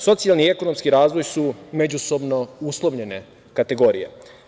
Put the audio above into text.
Socijalni i ekonomski razvoj su međusobno uslovljene kategorije.